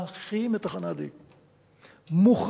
שמוכרחים את תחנה D. מוכרחים.